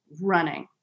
running